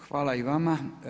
Hvala i vama.